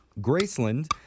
Graceland